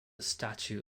statue